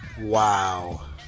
wow